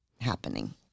happening